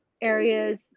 areas